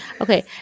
okay